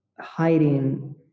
hiding